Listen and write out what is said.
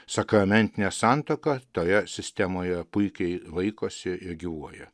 sakramentine santuoka toje sistemoje puikiai laikosi ir gyvuoja